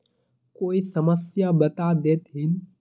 कोई समस्या बता देतहिन?